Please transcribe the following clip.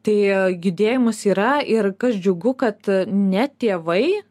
tai judėjimas yra ir kas džiugu kad ne tėvai